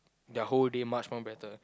their whole day much more better